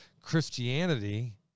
Christianity